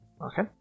okay